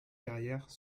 carrières